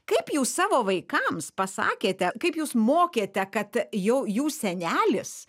kaip jūs savo vaikams pasakėte kaip jūs mokėte kad jau jų senelis